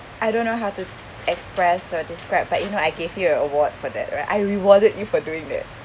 I don't know how to express or describe but you know I gave your an award for that right I rewarded you for doing it